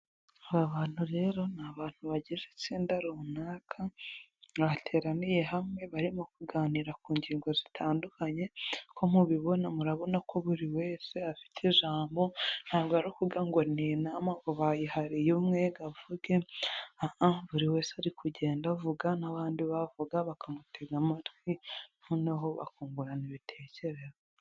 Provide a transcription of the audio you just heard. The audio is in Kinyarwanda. Aba bantu rero ni abantu bagize itsinda runaka, bateraniye hamwe, barimo kuganira ku ngingo zitandukanye nk'uko mubibona murabona ko buri wese afite ijambo, ntabwo ari ukuvuga ngo bayihariye umwe ngo avuge, ah ah buri wese ari kugenda avuga n'abandi bavuga bakamutega amatwi, noneho naho bakungurana ibitekerezo.